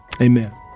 Amen